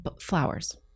flowers